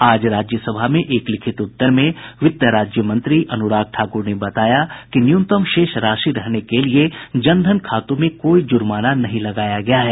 आज राज्यसभा में एक लिखित उत्तर में वित्त राज्यमंत्री अनुराग ठाकुर ने बताया कि न्यूनतम शेष राशि रहने के लिए जन धन खातों में कोई जुर्माना नहीं लगाया गया है